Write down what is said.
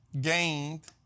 gained